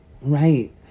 Right